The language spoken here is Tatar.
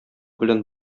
белән